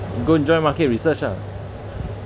go and join market research ah